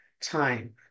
time